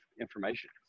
information